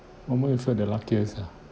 almost for the luckiest ah